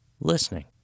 listening